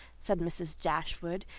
said mrs. dashwood,